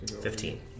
Fifteen